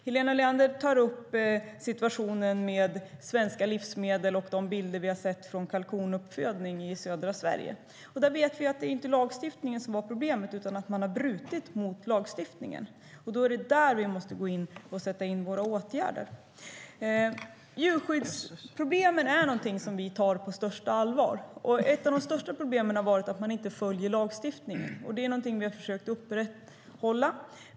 Helena Leander tar upp situationen med svenska livsmedel och de bilder vi har sett från kalkonuppfödning i södra Sverige. Där vet vi att det inte var lagstiftningen som var problemet utan att man har brutit mot lagstiftningen. Då är det där vi måste sätta in våra åtgärder. Vi tar djurskyddsproblemen på största allvar. Ett av de största problemen har varit att man inte följt lagstiftningen. Det har vi försökt upprätthålla.